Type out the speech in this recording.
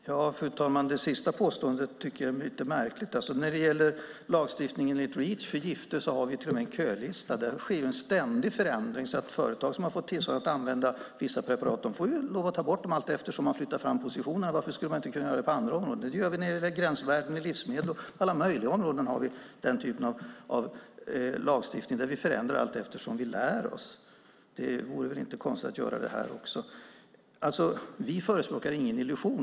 Fru talman! Det sista påståendet är lite märkligt. När det gäller lagstiftningen enligt Reach för gifter har vi till och med en kölista. Där sker en ständig förändring. Företag som har fått tillstånd att använda vissa preparat får lov att ta bort dem allteftersom man flyttar fram positionerna. Varför skulle man inte kunna göra det på andra områden? Det gör vi när det gäller gränsvärden i livsmedel. Vi har på alla möjliga områden lagstiftning där vi förändrar allteftersom vi lär oss. Det vore inte konstigt att göra det här också. Vi förespråkar ingen illusion.